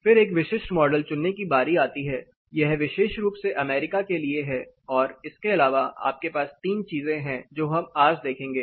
फिर एक विशिष्ट मॉडल चुनने की बारी आती है यह विशेष रूप से अमेरिका के लिए है और इसके अलावा आपके पास 3 चीजें हैं जो हम आज देखेंगे